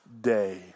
day